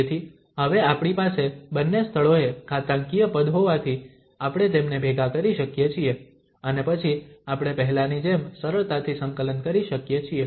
તેથી હવે આપણી પાસે બંને સ્થળોએ ઘાતાંકીય પદ હોવાથી આપણે તેમને ભેગાં કરી શકીએ છીએ અને પછી આપણે પહેલાની જેમ સરળતાથી સંકલન કરી શકીએ છીએ